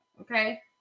Okay